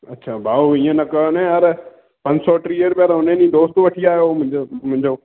अच्छा भाऊ हीअं न कयो न यार पंज सौ टीह रुपिया त हुन ॾींहुं दोस्त वठी आहियो मुंहिंजो मुंहिंजो